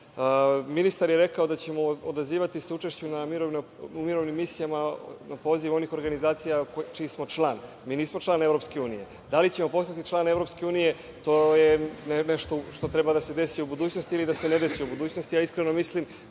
zemlje. Ministar je rekao da ćemo se odazivati učešću u mirovnim misijama na poziv onih organizacija čiji smo član. Mi nismo član EU. Da li ćemo postati član EU, to je nešto što treba da se desi u budućnosti ili da se ne desi u budućnosti. Ja iskrenom mislim